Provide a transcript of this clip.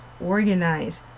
organize